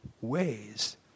ways